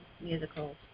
musicals